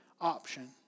option